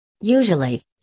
Usually